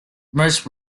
most